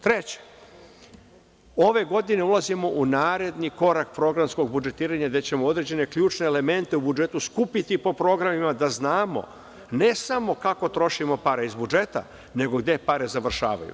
Treće, ove godine ulazimo u naredni korak programskog budžetiranja, gde ćemo određene ključne elemente u budžetu skupiti po programima, da znamo ne samo kako trošimo pare iz budžeta, nego i gde pare završavaju.